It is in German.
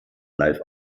live